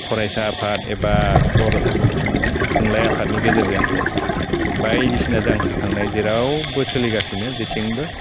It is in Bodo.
फरायसा आफाद एबा बर' थुनलाइ आफादनि गेजेरदों बायदिसिना जांख्रिखांनाय जेरावबो सोलिगासिनो जेथिंबो